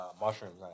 mushrooms